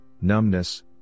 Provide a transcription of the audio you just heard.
numbness